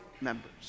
members